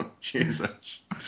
Jesus